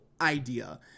idea